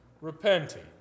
Repenting